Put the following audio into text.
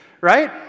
right